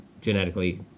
Genetically